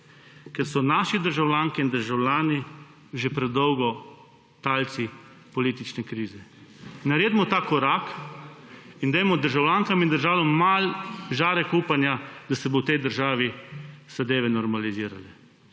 Ker so naši državljanke in državljani že predolgo talci politične krize. Naredimo ta korak in dajmo državljankam in državljanom žarek upanja, da se bodo v tej državi zadeve normalizirale.